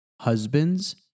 Husbands